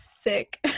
Sick